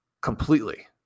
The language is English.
completely